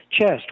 chest